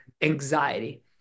anxiety